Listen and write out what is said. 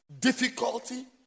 difficulty